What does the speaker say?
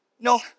No